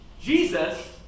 Jesus